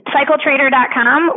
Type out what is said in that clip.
CycleTrader.com